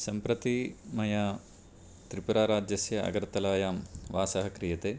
सम्प्रति मया त्रिपुराराज्यस्य अगर्तलायां वासः क्रियते